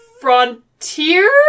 Frontier